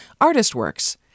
ArtistWorks